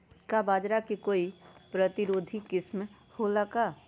का बाजरा के कोई प्रतिरोधी किस्म हो ला का?